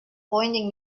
pointing